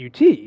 UT